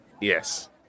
Yes